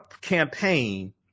campaign